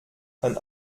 kann